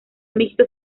mixto